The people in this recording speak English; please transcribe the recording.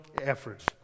efforts